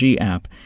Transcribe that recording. app